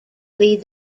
lead